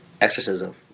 Exorcism